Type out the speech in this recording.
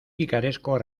picaresco